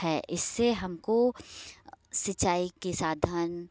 है इससे हमको सिंचाई के साधन